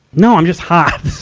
no, i'm just hot.